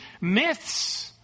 myths